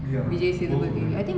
ya both of them